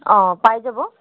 অঁ পাই যাব